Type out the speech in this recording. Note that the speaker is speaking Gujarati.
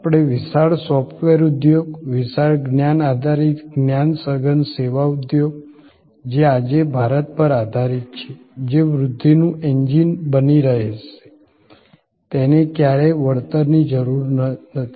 આપણે વિશાળ સોફ્ટવેર ઉદ્યોગ વિશાળ જ્ઞાન આધારિત જ્ઞાન સઘન સેવા ઉદ્યોગ જે આજે ભારત પર આધારીત છે જે વૃદ્ધિનું એન્જિન બની રહેશે તેને ક્યારેય વળતરની જરૂર નથી